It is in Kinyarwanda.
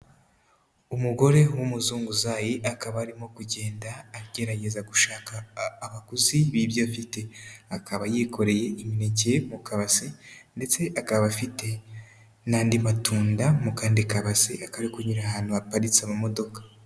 Umugore w'umuzunguzayi akaba arimo kugenda agerageza gushaka abaguzi b'ibyo afite, akaba yikoreye imineke mu kabase ndetse akaba afite n'andi matunda mu kandi kabase, akaba ari kunyura ahantu haparitse amamodoka.